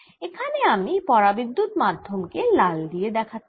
এখানে আমি পরাবিদ্যুত মাধ্যম কে লাল দিয়ে দেখাচ্ছি